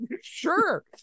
Sure